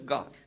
God